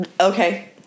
Okay